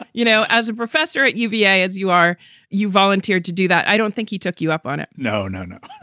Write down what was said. you know, as a professor at uva, as you are. you volunteered to do that. i don't think he took you up on it no, no, no.